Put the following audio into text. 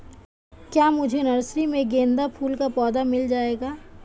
क्या मुझे नर्सरी में गेंदा फूल का पौधा मिल जायेगा?